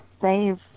save